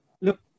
Look